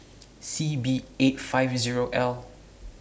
C B eight five Zero L